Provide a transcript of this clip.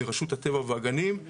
מרשות הטבע והגנים,